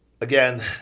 again